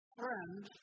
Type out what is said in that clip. friends